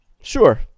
Sure